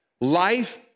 Life